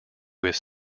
his